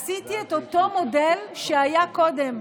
עשיתי את אותו מודל שהיה קודם.